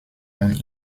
und